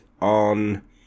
On